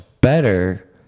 better